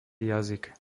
jazyk